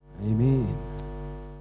Amen